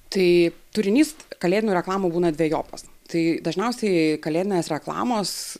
tai turinys kalėdinių reklamų būna dvejopas tai dažniausiai kalėdinės reklamos